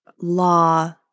law